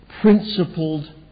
principled